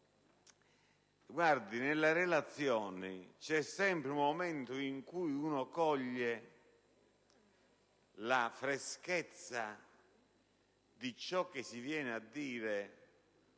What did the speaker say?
fare? In una relazione c'è sempre un momento in cui si coglie la freschezza di ciò che si viene a dire